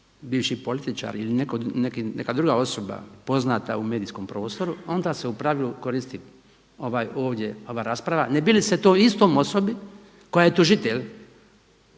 bivši političar ili neka druga osoba poznata u medijskom prostoru, onda se u pravilu koristi ova ovdje rasprava ne bi li se toj istoj osobi kojemu je tužitelj